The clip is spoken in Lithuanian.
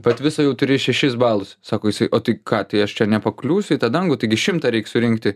vat viso jau turi šešis balus sako jisai o tai ką tai aš čia nepakliūsiu į tą dangų taigi šimtą reik surinkti